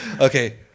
Okay